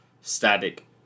static